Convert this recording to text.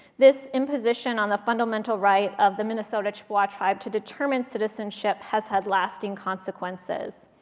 this imposition on the fundamental right of the minnesota chippewa tribe to determine citizenship has had lasting consequences.